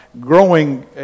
growing